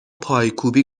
پایکوبی